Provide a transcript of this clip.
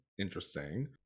interesting